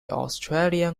australian